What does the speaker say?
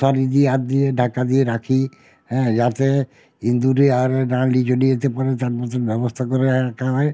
সারি দিয়ে হাত দিয়ে ঢাকা দিয়ে রাখি যাতে ইঁদুরে আর না লিয়ে চলে যেতে পারে তার মতোন ব্যবস্থা করে রাখা হয়